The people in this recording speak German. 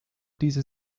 diese